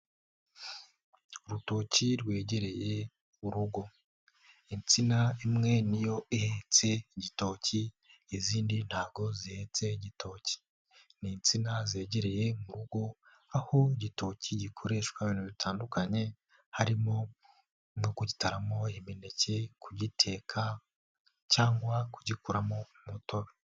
Urutoki rwegereye urugo, insina imwe niyo ihetse igitoki. Izindi ntabwo zihetse igitoki, ni insina zegereye urugo. Aho igitoki gikoreshwa ibintu bitandukanye harimo no kutaramo imineke kugiteka cyangwa kugikuramo umutobe.